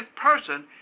person